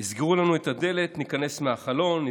יסגרו לנו את הדלת, ניכנס מהחלון.